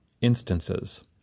INSTANCES